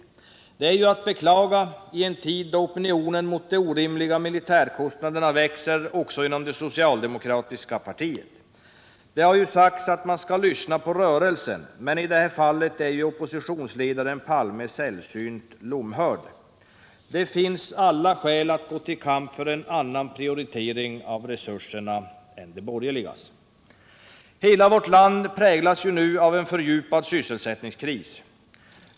Det är att beklaga i en tid då opinionen mot de orimliga militärkostnaderna växer också inom det socialdemokratiska partiet. Det har ju sagts att man skall lyssna på rörelsen, men i det här fallet är oppositionsledaren Palme sällsynt lomhörd. Det finns alla skäl att gå till kamp för en annan prioritering av resurserna än de borgerligas. Hela vårt land präglas nu av en fördjupad sysselsättningskris.